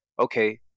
okay